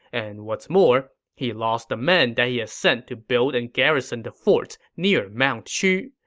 and what's more, he lost the men that he had sent to build and garrison the forts near mount qu.